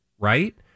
Right